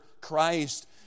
Christ